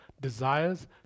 desires